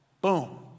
Boom